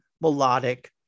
melodic